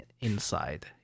inside